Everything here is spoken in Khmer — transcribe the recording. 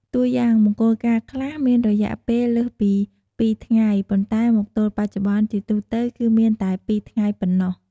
តួយ៉ាង មង្គលការខ្លះមានរយៈពេលលើសពីពីរថ្ងៃ ប៉ុន្តែមកទល់បច្ចុប្បន្ន ជាទូទៅគឺមានតែពីរថ្ងៃប៉ុណ្ណោះ។